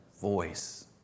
voice